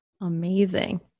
Amazing